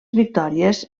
victòries